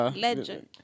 legend